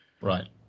Right